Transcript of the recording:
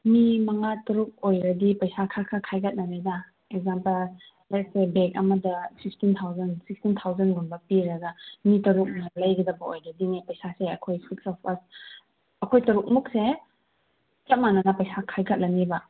ꯃꯤ ꯃꯉꯥ ꯇꯔꯨꯛ ꯑꯣꯏꯔꯗꯤ ꯄꯩꯁꯥ ꯈꯔ ꯈꯔ ꯈꯥꯏꯒꯠꯅꯔꯦꯅ ꯑꯦꯛꯖꯥꯝꯄꯜ ꯃꯣꯏꯁꯦ ꯕꯦꯒ ꯑꯃꯗ ꯁꯤꯛꯁꯇꯤꯟ ꯊꯥꯎꯖꯟ ꯁꯤꯛꯁꯇꯤꯟ ꯊꯥꯎꯖꯟꯒꯨꯝꯕ ꯄꯤꯔꯒ ꯃꯤ ꯇꯔꯨꯛꯅ ꯂꯩꯒꯗꯕ ꯑꯣꯏꯔꯗꯤꯅꯦ ꯄꯩꯁꯥꯁꯦ ꯑꯩꯈꯣꯏ ꯑꯩꯈꯣꯏ ꯇꯨꯔꯛꯃꯛꯁꯦ ꯆꯞ ꯃꯥꯟꯅꯅ ꯄꯩꯁꯥ ꯈꯥꯏꯒꯠꯂꯅꯦꯕ